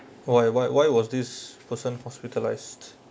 why why why was this person hospitalised